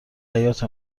حیاط